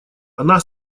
она